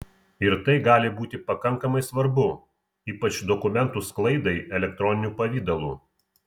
ir tai gali būti pakankamai svarbu ypač dokumentų sklaidai elektroniniu pavidalu